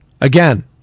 Again